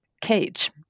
cage